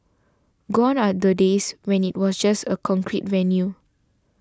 gone are the days when it was just a concrete venue